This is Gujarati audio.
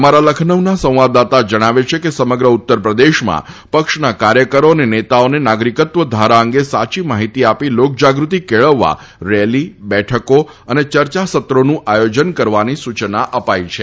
અમારા લખનઉના સંવાદદાતા જણાવે છે કે સમગ્ર ઉત્તરપ્રદેશમાં પક્ષના કાર્યકરો અને નેતાઓને નાગરિકત્વ ધારા અંગે સાચી માહિતી આપી લોકજાગૃતિ કેળવવા રેલી બેઠકો અને ચર્ચાસત્રોનું આયોજન કરવાની સૂચના અપાઇ છે